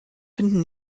finden